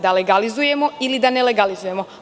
Da legalizujemo ili da ne legalizujemo?